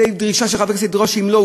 על-ידי דרישה שחברת כנסת תדרוש שאם לא,